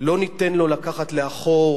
לא ניתן לו לקחת לאחור